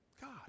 God